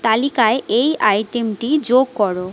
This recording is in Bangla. তালিকায় এই আইটেমটি যোগ করো